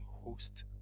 host